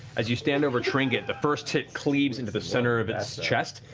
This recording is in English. as you stand over trinket, the first hit cleaves into the center of its chest,